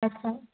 अच्छा